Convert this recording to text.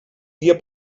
dia